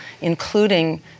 including